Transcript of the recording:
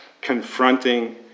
confronting